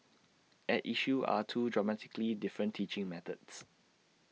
at issue are two dramatically different teaching methods